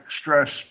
stress